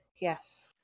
Yes